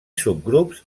subgrups